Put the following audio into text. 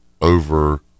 over